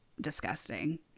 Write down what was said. disgusting